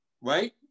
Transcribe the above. Right